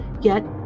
Yet